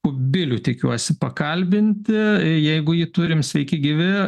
kubilių tikiuosi pakalbinti jeigu ji turim sveiki gyvi